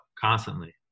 constantly